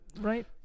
right